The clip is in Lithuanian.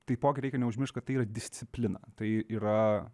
taipogi reikia neužmiršt kad tai yra disciplina tai yra